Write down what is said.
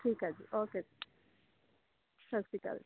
ਠੀਕ ਆ ਜੀ ਓਕੇ ਜੀ ਸਤਿ ਸ਼੍ਰੀ ਅਕਾਲ